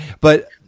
But-